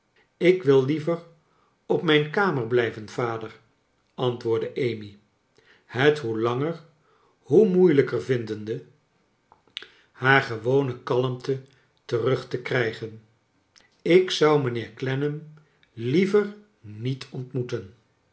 ik wil liever op mijn kamer blijven vader antwoordde amy het hoe langer hoe moeilijker viadende haar gewone kalmte terug te krijgen ik zou mijnheer clennam liever niet ontmoeten